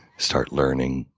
start learning,